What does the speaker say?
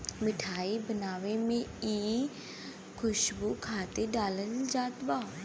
मिठाई बनावे में इ खुशबू खातिर डालल जात बा